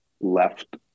left